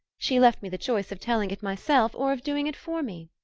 she left me the choice of telling it myself or of doing it for me.